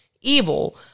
evil